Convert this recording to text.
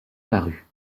parut